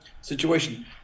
situation